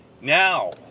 now